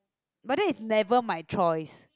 but that is never my choice